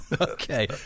Okay